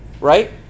Right